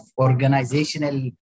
organizational